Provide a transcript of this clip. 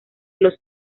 los